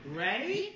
ready